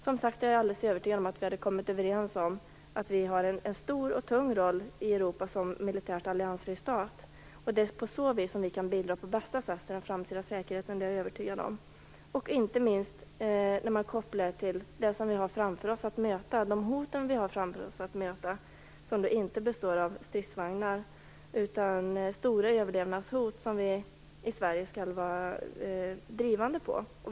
Jag är, som jag sagt, alldeles övertygad om att vi skulle kunna komma överens om att vi har en stor och tung roll i Europa som militärt alliansfri stat. Jag är övertygad om att vi på så vis bäst kan bidra till den framtida säkerheten. Detta gäller inte minst inför de hot som vi har att möta i framtiden men som inte kommer från stridsvagnar. Vi skall i Sverige vara drivande när det gäller att motarbeta dessa stora överlevnadshot.